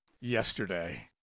yesterday